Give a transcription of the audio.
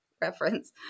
reference